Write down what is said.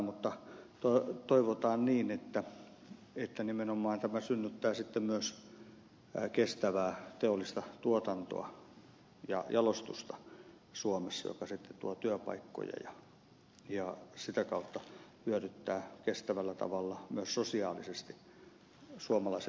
mutta toivotaan niin että nimenomaan tämä synnyttää suomessa sitten myös kestävää teollista tuotantoa ja jalostusta joka sitten tuo työpaikkoja ja sitä kautta hyödyttää kestävällä tavalla myös sosiaalisesti suomalaisen yhteiskunnan kehittymistä